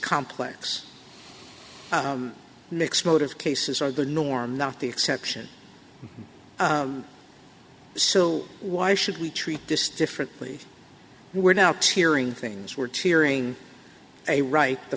complex mixed motives cases are the norm not the exception so why should we treat this differently we're now to hearing things were tearing a right the